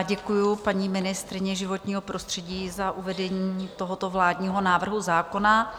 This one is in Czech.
Děkuji paní ministryni životního prostředí za uvedení tohoto vládního návrhu zákona.